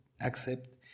accept